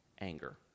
Anger